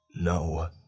No